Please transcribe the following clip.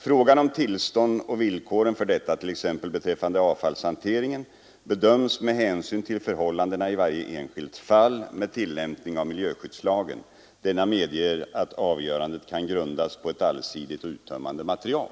Frågan om tillstånd och villkoren för detta t.ex. beträffande avfallshanteringen bedöms med hänsyn till förhållandena i varje enskilt fall med tillämpning av miljöskyddslagen. Denna medger ätt avgörandet: kan grundas på ett allsidigt och uttömmande material.